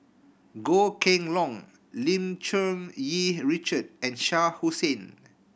Goh Kheng Long Lim Cherng Yih Richard and Shah Hussain